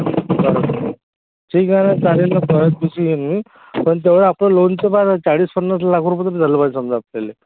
ठीक आहे ना चालेल ना परवाच्या दिवशी येईन मी पण तेवढं आपलं लोनचं बघा ना चाळीस पन्नास लाख रुपये तरी झालं पाहिजे समजा आपल्याला